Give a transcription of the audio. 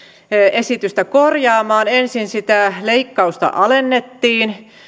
esitystä korjaamaan ensin sitä leikkausta alennettiin